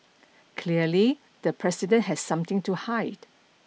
clearly the president has something to hide